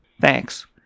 Thanks